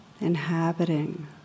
inhabiting